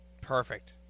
perfect